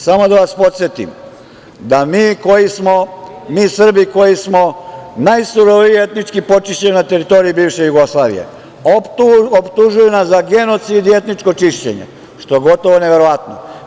Samo da vas podsetim da nas Srbe koji smo najsurovije počišćeni na teritoriji bivše Jugoslavije optužuju nas za genocid i etničko čišćenje, što je gotovo neverovatno.